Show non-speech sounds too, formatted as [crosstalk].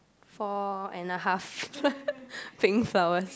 four and a half [laughs] pink flowers